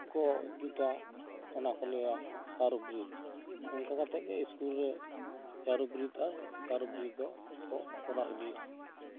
ᱠᱚ ᱡᱩᱛᱟ ᱚᱱᱟ ᱠᱚ ᱞᱟᱹᱭᱟ ᱠᱟᱨᱚ ᱜᱨᱤᱯᱷ ᱚᱝᱠᱟ ᱠᱟᱛᱮ ᱜᱤ ᱤᱥᱠᱩᱞ ᱨᱮ ᱪᱟᱨᱚ ᱵᱨᱤᱛ ᱟᱨ ᱠᱟᱨᱚ ᱵᱨᱤᱛ ᱫᱚ ᱠᱚ ᱠᱚᱨᱟᱣ ᱤᱫᱤᱭᱟ